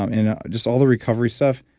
and just all the recovery stuff.